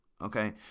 Okay